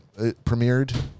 premiered